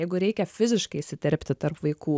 jeigu reikia fiziškai įsiterpti tarp vaikų